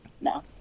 No